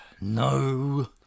No